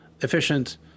efficient